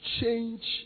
change